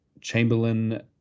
Chamberlain